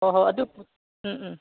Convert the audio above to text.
ꯍꯣꯏ ꯍꯣꯏ ꯑꯗꯨ ꯎꯝ ꯎꯝ